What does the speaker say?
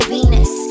Venus